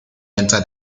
enter